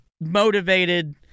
motivated